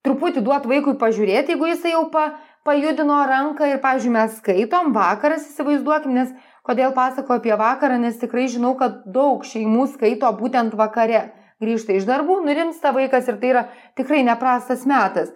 truputį duot vaikui pažiūrėt jeigu jisai jau pa pajudino ranką ir pavyzdžiui mes skaitom vakaras įsivaizduokim nes kodėl pasakoju apie vakarą nes tikrai žinau kad daug šeimų skaito būtent vakare grįžta iš darbų nurimsta vaikas ir tai yra tikrai neprastas metas